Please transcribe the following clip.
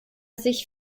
sich